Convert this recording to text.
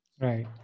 Right